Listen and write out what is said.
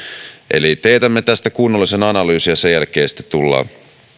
eli teetämme tästä kunnollisen analyysin ja sen jälkeen sitten tullaan